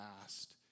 past